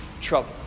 trouble